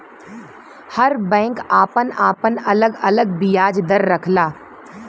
हर bank आपन आपन अलग अलग बियाज दर रखला